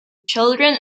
children